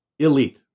elite